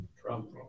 Trump